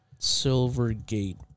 Silvergate